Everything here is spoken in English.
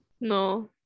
No